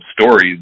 stories